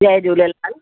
Jay Jhulelal